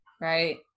Right